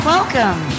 Welcome